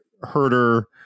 Herder